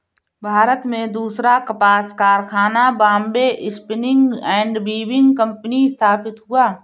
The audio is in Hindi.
भारत में दूसरा कपास कारखाना Bombay spinning and weaving company स्थापित हुआ